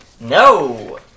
No